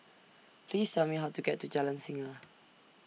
Please Tell Me How to get to Jalan Singa